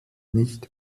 nicht